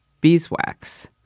beeswax